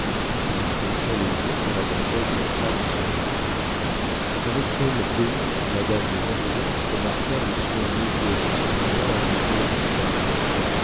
il baissa les yeux quand la comtesse entra dans sa loge avec quelles délices madame de vandenesse remarqua le soin nouveau que son amant avait mis à sa toilette